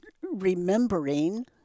remembering